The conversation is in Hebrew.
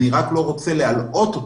אני לא רוצה להלאות אתכם.